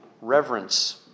reverence